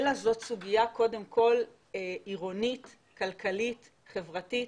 אלא זו סוגיה קודם כל עירונית, כלכלית, חברתית,